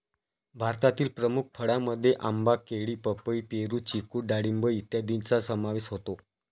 भारतातील प्रमुख फळांमध्ये आंबा, केळी, पपई, पेरू, चिकू डाळिंब इत्यादींचा समावेश होतो